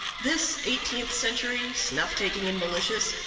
this eighteenth century snuff-taking and malicious,